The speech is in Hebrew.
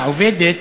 לעובדת,